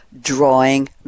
drawing